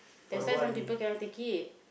that's why some people cannot take it